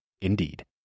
Indeed